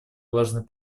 важный